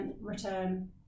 return